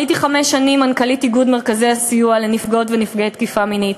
הייתי חמש שנים מנכ"לית איגוד מרכזי הסיוע לנפגעות ונפגעי תקיפה מינית,